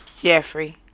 jeffrey